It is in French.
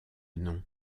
nom